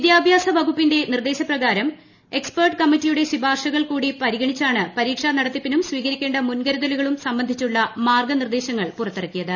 വിദ്യാഭ്യാസ വകുപ്പിന്റെ നിർദേശ പ്രകാരം എക്സ്പേർട്ട് കമ്മിറ്റിയുടെ ശിപാർശകൾ കൂടി പരിഗണിച്ചാണ് പരീക്ഷാ നടത്തിപ്പിനും സ്വീകരിക്കേണ്ട മുൻകരുതലുകളും സംബന്ധിച്ചുള്ള മാർഗ നിർദേശങ്ങൾ പുറത്തിറക്കിയത്